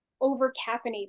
over-caffeinated